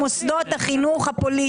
בתוך יומיים יש ארבע רציחות.